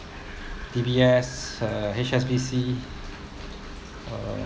D_B_S uh H_S_B_C uh